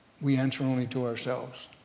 we answer only to ourselves,